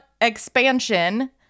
expansion